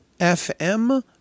FM